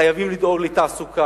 חייבים לדאוג לתעסוקה,